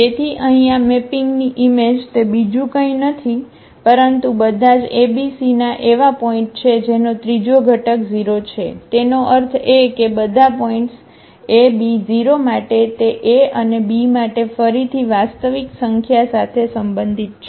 તેથી અહીં આ મેપિંગની ઈમેજ તે બીજું કંઈ નથી પરંતુ બધા જ abc ના એવા પોઇન્ટછે જેનો ત્રીજો ઘટક 0 છે તેનો અર્થ એ કે બધા પોઇન્ટ્સ ab0 માટે તે a અને b માટે ફરીથી વાસ્તવિક સંખ્યા સાથે સંબંધિત છે